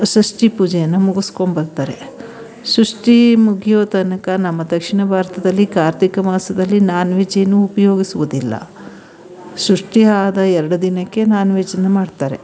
ಷಷ್ಠಿ ಪೂಜೆಯನ್ನು ಮುಗಿಸ್ಕೊಂಡ್ಬರ್ತಾರೆ ಷಷ್ಠಿ ಮುಗಿಯೋ ತನಕ ನಮ್ಮ ದಕ್ಷಿಣ ಭಾರತದಲ್ಲಿ ಕಾರ್ತಿಕ ಮಾಸದಲ್ಲಿ ನಾನ್ ವೆಜ್ ಏನು ಉಪಯೋಗಿಸುವುದಿಲ್ಲ ಸೃಷ್ಟಿ ಆದ ಎರ್ಡ್ರ್ಡು ದಿನಕ್ಕೆ ನಾನ್ ವೆಜ್ನ ಮಾಡ್ತಾರೆ